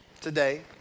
today